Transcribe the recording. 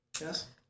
Yes